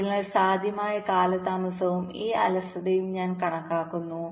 അതിനാൽ സാധ്യമായ കാലതാമസവും ഈ അലസതയും ഞാൻ കണക്കാക്കുന്നു